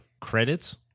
credits